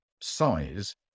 size